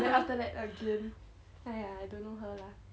then after that again !aiya! I don't know her lah